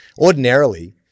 Ordinarily